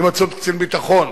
הימצאות קצין ביטחון,